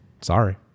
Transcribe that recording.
sorry